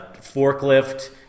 forklift